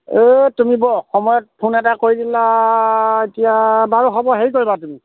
এই তুমি বৰ অসময়ত ফোন এটা কৰি দিলা এতিয়া বাৰু হ'ব হেৰি কৰিবা তুমি